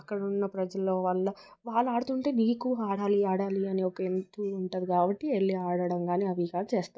అక్కడ ఉన్న ప్రజల వల్ల వాళ్ళు ఆడుతుంటే నీకు ఆడాలి ఆడాలి అనే ఒక ఎంతు ఉంటుంది కాబట్టి వెళ్ళి ఆడడం కాని అవి కాని చేస్తాం